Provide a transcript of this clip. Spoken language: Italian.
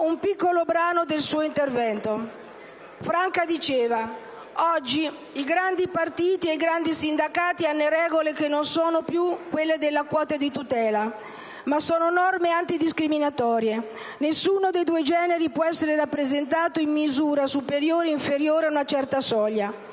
un piccolo brano del suo intervento: «Oggi i grandi Partiti e i grandi sindacati hanno regole che non sono più le quote di tutela, ma sono norme antidiscriminatorie: nessuno dei due generi può essere rappresentato in misura superiore o inferiore a una certa soglia.